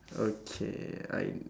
okay I